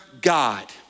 God